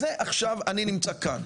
זה, עכשיו, אני נמצא כאן.